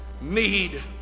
need